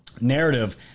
narrative